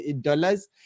dollars